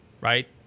right